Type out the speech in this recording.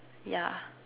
ya